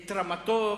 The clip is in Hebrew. את רמתו,